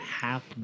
half